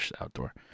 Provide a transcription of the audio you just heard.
outdoor